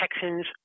Texans